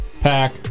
Pack